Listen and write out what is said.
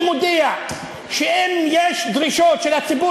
אני מודיע שאם יש דרישות של הציבור